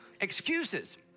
excuses